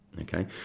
Okay